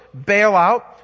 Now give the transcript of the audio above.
bailout